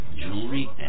jewelry